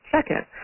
Second